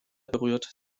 berührt